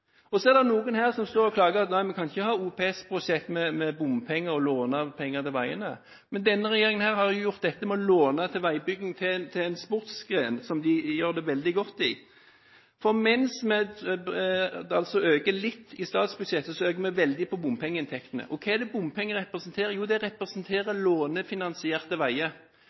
Så er det noen her som står og klager: Nei, vi kan ikke ha OPS-prosjekter med bompenger og låne penger til veiene. Men denne regjeringen har gjort lån til veiutbygging til en sportsgren, som de gjør det veldig godt i. For mens vi øker litt i statsbudsjettet, så øker vi veldig på bompengeinntektene. Og hva er det bompenger representerer? Jo, de representerer lånefinansierte veier